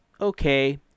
Okay